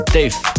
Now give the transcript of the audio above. Dave